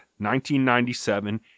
1997